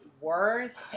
worth